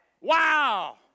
Wow